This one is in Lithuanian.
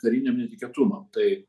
kariniam netikėtumam tai